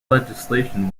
legislation